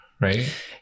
right